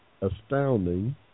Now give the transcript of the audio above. astounding